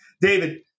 David